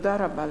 תודה רבה לכם.